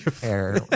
Hair